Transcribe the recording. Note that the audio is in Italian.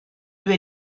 due